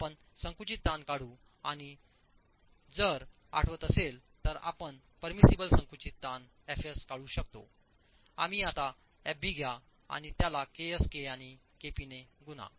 आपण संकुचित ताण काढू आणि आणि जर आठवत असेल तर आपण परमिसिबल संकुचित ताण एफएस काढू शकतो आम्ही आता fb घ्याव त्याला ks ka आणि kp नेगुणा